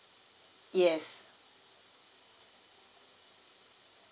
yes